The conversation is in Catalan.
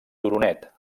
turonet